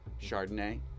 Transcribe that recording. Chardonnay